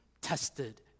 tested